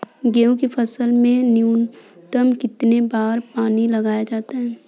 गेहूँ की फसल में न्यूनतम कितने बार पानी लगाया जाता है?